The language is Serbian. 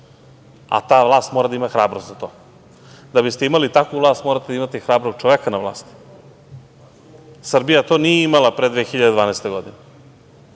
a ta vlast mora da ima hrabrost za to. Da biste imali takvu vlast, morate da imate i hrabrog čoveka na vlasti. Srbija to nije imala pre 2012. godine.